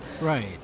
Right